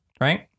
right